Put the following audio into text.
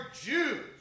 Jews